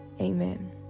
Amen